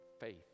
faith